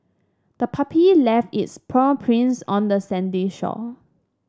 the puppy left its paw prints on the sandy shore